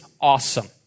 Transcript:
awesome